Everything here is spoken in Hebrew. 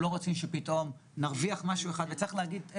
כן, זה עדיין שורה בתלוש.